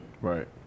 Right